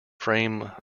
frame